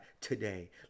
today